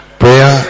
prayer